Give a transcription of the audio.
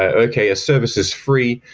ah okay, a service is free,